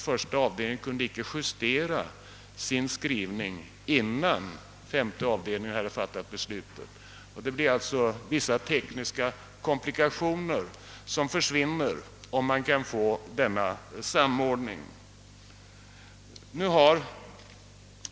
Första avdelningen kunde emellertid inte justera sin skrivning innan femte avdelningen 'hade fattat sitt beslut. Vissa sådana tekniska komplikationer kommer att försvinna om vi får en samordning.